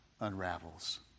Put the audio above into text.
unravels